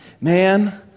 man